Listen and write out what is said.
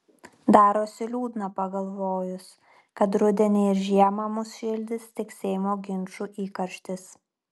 darosi liūdna pagalvojus kad rudenį ir žiemą mus šildys tik seimo ginčų įkarštis